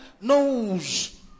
knows